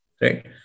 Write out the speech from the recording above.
right